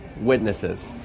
witnesses